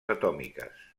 atòmiques